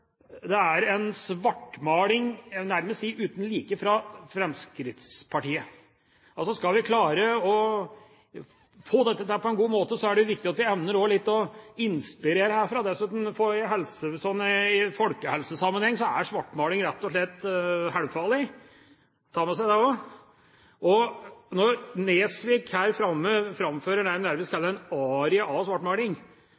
det er en svartmaling, jeg vil nærmest si uten like, fra Fremskrittspartiet. Skal vi klare å få dette til på en god måte, er det viktig at vi også evner å inspirere herfra. Dessuten: I folkehelsesammeheng er svartmaling rett og slett halvfarlig. En må ta med seg det også. Når Nesvik her framme framfører